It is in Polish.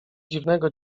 dziwnego